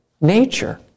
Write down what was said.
nature